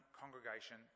congregation